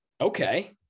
Okay